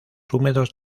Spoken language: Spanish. húmedos